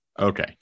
Okay